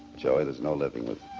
joey, there's no living with.